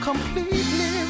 Completely